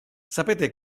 sapete